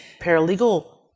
paralegal